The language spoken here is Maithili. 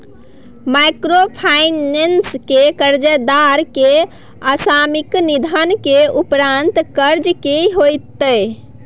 माइक्रोफाइनेंस के कर्जदार के असामयिक निधन के उपरांत कर्ज के की होतै?